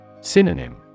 Synonym